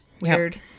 Weird